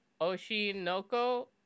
Oshinoko